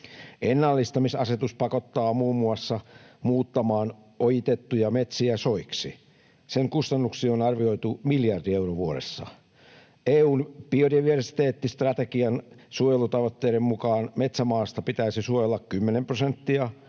Ennallistamisasetus pakottaa muun muassa muuttamaan ojitettuja metsiä soiksi. Sen kustannuksiin on arvioitu miljardi euroa vuodessa. EU:n biodiversiteettistrategian suojelutavoitteiden mukaan metsämaasta pitäisi suojella kymmenen prosenttia